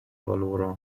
valora